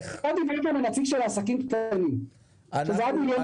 אתה מדבר על עסקים קטנים, שזה עד 1.5 מיליון שקל.